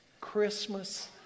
Christmas